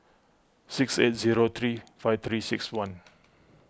six eight zero three five three six one